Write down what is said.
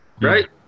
right